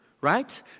right